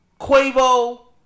Quavo